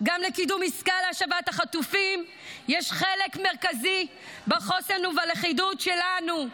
גם לקידום עסקה להשבת החטופים יש חלק מרכזי בחוסן ובלכידות שלנו.